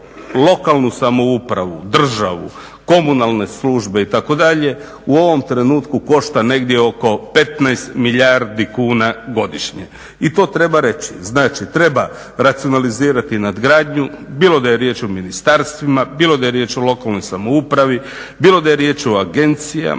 lokalnu samoupravu, državu, komunalnu službe itd. u ovom trenutku košta negdje oko 15 milijardi kuna godišnje i to treba reći. Znači treba racionalizirati nadgradnju bilo da je riječ o ministarstvima, bilo da je riječ o lokalnoj samoupravi, bilo da je riječ o agencijama,